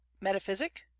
metaphysic